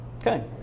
Okay